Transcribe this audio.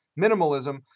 minimalism